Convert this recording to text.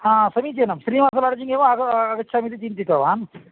हा समीचीनं श्रीनिवासलाड्जिङ्ग् एव आग आगच्छामि इति चिन्तितवान्